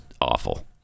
awful